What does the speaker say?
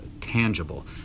tangible